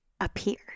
appeared